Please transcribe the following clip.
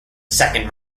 second